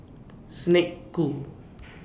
Snek Ku